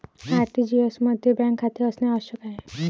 RTGS मध्ये bank खाते असणे आवश्यक आहे